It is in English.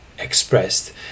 expressed